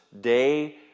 day